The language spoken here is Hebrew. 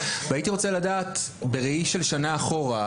והייתי רוצה לדעת בראי של שנה אחורה,